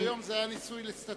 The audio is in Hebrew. עד היום זה היה ניסוי לסטטיסטיקה.